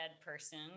person